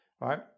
right